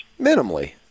Minimally